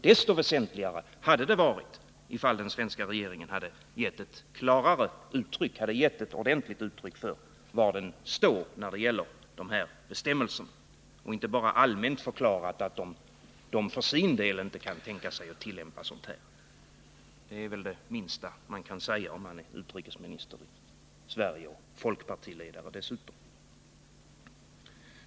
Desto väsentligare hade det varit att den svenska regeringen givit ett ordentligt uttryck för var den står när det gäller sådana bestämmelser som det gäller och inte bara allmänt hade förklarat att den inte för sin del kan tänka sig att tillämpa sådana. Det är väl det minsta man kan säga, om man är utrikesminister i Sverige och folkpartiledare dessutom.